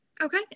Okay